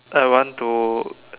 I want to